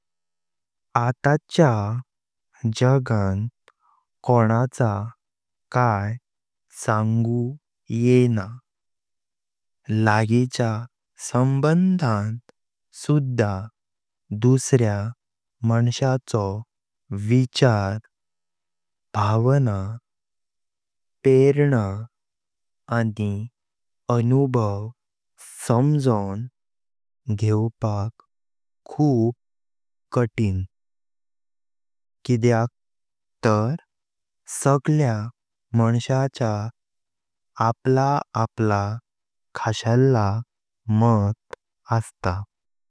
आताचा जगेन कोणाचा काई सांगू येना। लगीचा संबंधान सुध्दा दुसऱ्या मांसाचो विचार, भावना, प्रेरणा आनी अनुभाव समजोवपाक खूप कठीण, किद्याक तर सांगल्या मांसाचो आपला आपला खासळ माट अस्त।